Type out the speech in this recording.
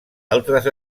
altres